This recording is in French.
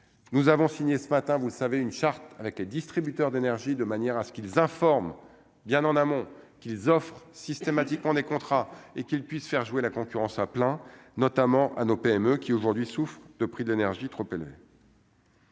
Nous avons signé, ce matin, vous le savez, une charte avec les distributeurs d'énergie, de manière à ce qu'ils informent bien en amont qu'ils offrent systématiques ont des contrats et qu'ils puissent faire jouer la concurrence, appelant notamment à nos PME qui aujourd'hui souffrent de prix de l'énergie trop élevé.